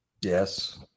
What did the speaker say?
Yes